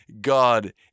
God